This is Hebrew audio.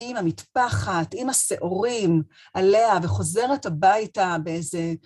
עם המטפחת, עם הסעורים עליה וחוזרת הביתה באיזה...